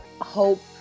hope